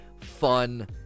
fun